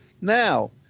Now